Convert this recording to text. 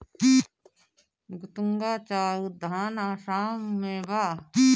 गतूंगा चाय उद्यान आसाम में बा